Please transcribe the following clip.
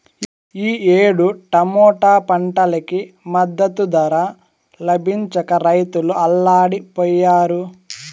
ఈ ఏడు టమాటా పంటకి మద్దతు ధర లభించక రైతులు అల్లాడిపొయ్యారు